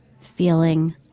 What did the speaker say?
feeling